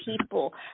people